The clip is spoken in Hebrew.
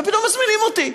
ופתאום מזמינים אותי.